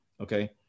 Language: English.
okay